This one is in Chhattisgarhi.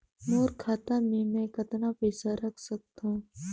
मोर खाता मे मै कतना पइसा रख सख्तो?